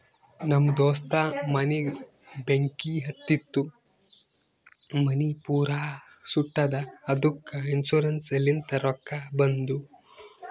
ನಮ್ ದೋಸ್ತ ಮನಿಗ್ ಬೆಂಕಿ ಹತ್ತಿತು ಮನಿ ಪೂರಾ ಸುಟ್ಟದ ಅದ್ದುಕ ಇನ್ಸೂರೆನ್ಸ್ ಲಿಂತ್ ರೊಕ್ಕಾ ಬಂದು